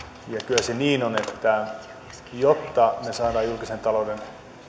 ja kyllä se niin on että jotta saadaan julkisen talouden